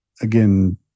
again